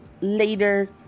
later